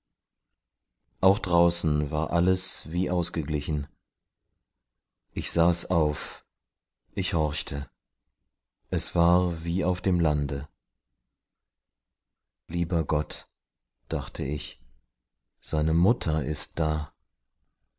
auch draußen war alles wie ausgeglichen ich saß auf ich horchte es war wie auf dem lande lieber gott dachte ich seine mutter ist da